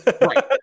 Right